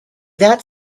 that